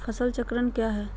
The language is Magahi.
फसल चक्रण क्या है?